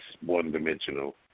one-dimensional